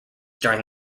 during